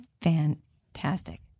fantastic